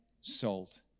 salt